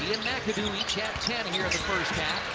mcadoo each have ten here in the first half.